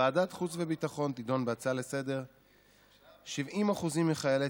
ועדת החוץ והביטחון תדון בהצעה לסדר-היום בנושא: 70% מחיילי